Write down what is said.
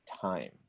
time